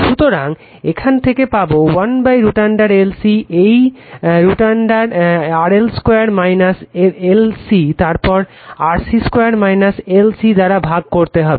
সুতরাং এখান থেকে পাবো 1√LC এই √ RL 2 - LC তারপর RC 2 - LC দ্বারা ভাগ করতে হবে